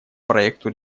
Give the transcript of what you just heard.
проекту